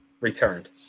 returned